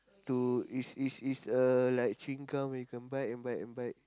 to is is is uh like chewing gum where you can bite and bite and bite